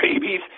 babies